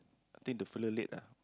I think the fella late ah